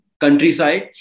countryside